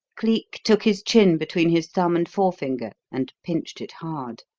cleek took his chin between his thumb and forefinger and pinched it hard.